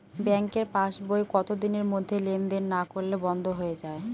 ব্যাঙ্কের পাস বই কত দিনের মধ্যে লেন দেন না করলে বন্ধ হয়ে য়ায়?